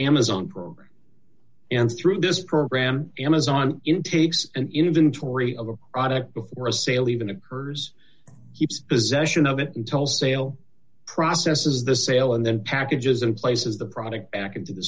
amazon program and through this program amazon in takes an inventory of a product before a sale even occurs keeps possession of it until sale processes the sale and then packages and places the product back into the